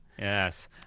Yes